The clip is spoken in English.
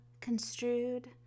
construed